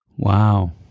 Wow